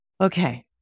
okay